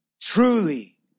truly